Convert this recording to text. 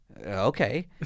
Okay